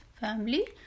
family